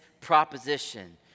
proposition